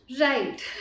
Right